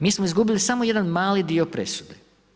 Mi smo izgubili samo jedan mali dio presude.